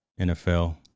NFL